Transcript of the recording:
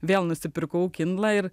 vėl nusipirkau kindle ir